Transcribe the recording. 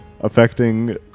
Affecting